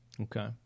Okay